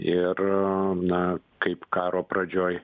ir na kaip karo pradžioj